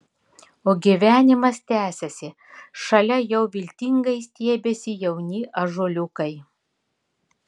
o gyvenimas tęsiasi šalia jau viltingai stiebiasi jauni ąžuoliukai